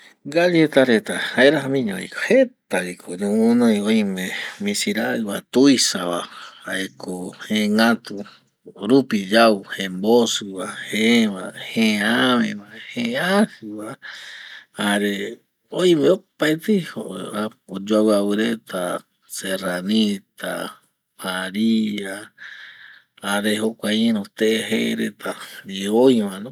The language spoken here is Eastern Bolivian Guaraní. Galleta reta jaeramiño vi ko, jeta vi ko ñoguɨnoi oime misiraɨ va, tuisa va jaeko jegatu rupi yau jembosɨ, jë va, jë ave va, jë ajɨ va jare oime opaetei apo oyoavɨ avɨ reta serranita, maria jare jokua iru te, je reta ndie oi va no